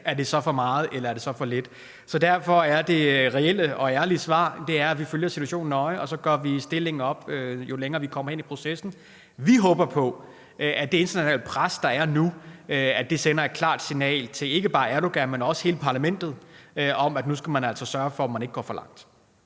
så er for meget eller for lidt. Så derfor er det reelle og ærlige svar, at vi følger situationen nøje, og at vi gør stillingen op, jo længere vi kommer ind i processen. Vi håber på, at det internationale pres, der er nu, vil sende et klart signal til ikke bare Erdogan, men også til hele parlamentet, om, at nu skal man altså sørge for, at man ikke går for langt.